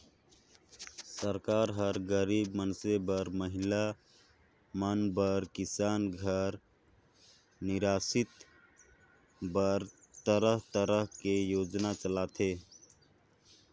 सरकार हर गरीब मइनसे बर, महिला मन बर, किसान घर निरासित बर तरह तरह के योजना चलाथे